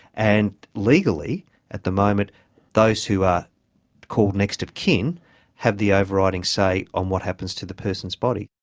and legally at the moment those who are called next of kin have the overriding say on what happens to the person's body.